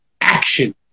action